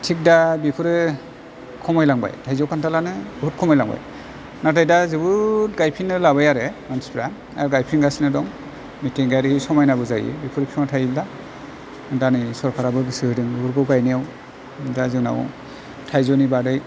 थिग दा बेफोरो खमायलांबाय थाइजौ खान्थालानो बुहुद खमायलांबाय नाथाइ दा जोबोद गायफिननो लाबाय आरो मानसिफ्रा आरो गायफिनगासिनो दं मिथिंगायारि समायनाबो जायो बेफोर बिफां थायोब्ला दा नै सरखाराबो गोसो होदों बेफोरखौ गायनायाव दा जोंनाव थाइजौनि बादै